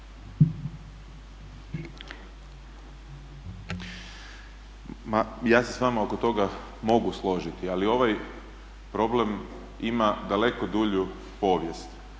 ja se s vama oko toga mogu složiti, ali ovaj problem ima daleko dulju povijest.